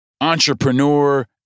entrepreneur